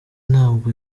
ntabwo